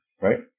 right